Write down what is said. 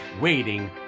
waiting